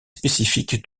spécifique